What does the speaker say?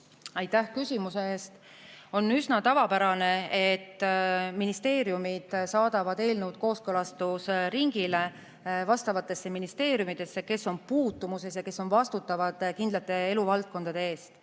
Aitäh küsimuse eest! On üsna tavapärane, et ministeeriumid saadavad eelnõu kooskõlastusringile ministeeriumidesse, kes on [teemaga] puutumuses ja kes on vastutavad kindlate eluvaldkondade eest.